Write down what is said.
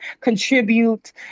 contribute